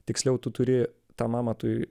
tiksliau tu turi tam amatui